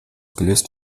gelöst